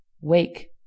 Wake